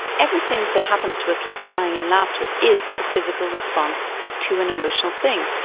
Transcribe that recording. everything that happens to us, like crying and laughter, is a physical response to an emotional thing.